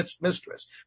mistress